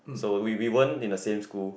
so we we weren't in the same school